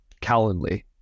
calendly